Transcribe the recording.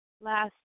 last